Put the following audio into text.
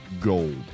gold